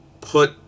put